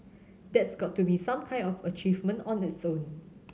that's got to be some kind of achievement on its own